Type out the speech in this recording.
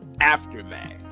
Aftermath